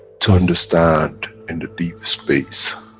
to understand in the deep space,